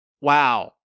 wow